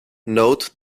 note